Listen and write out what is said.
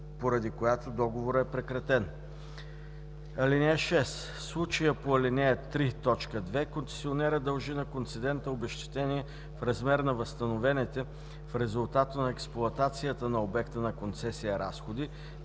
поради която договорът е прекратен. (6) В случая по ал. 3, т. 2 концесионерът дължи на концедента обезщетение в размер на възстановените в резултат от експлоатацията на обекта на концесия разходи